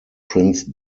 prince